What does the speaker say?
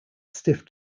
stiff